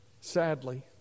Sadly